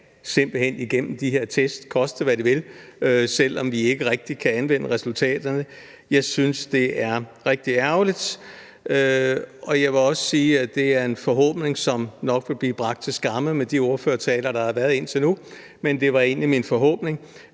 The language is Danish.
simpelt hen skal igennem de her test, koste hvad det vil, selv om vi ikke rigtig kan anvende resultaterne. Jeg synes, det er rigtig ærgerligt, og jeg vil også sige, at min forhåbning nok vil blive gjort til skamme med de ordførertaler, der har været indtil nu. Altså min forhåbning